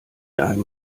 einem